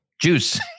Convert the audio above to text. juice